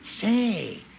Say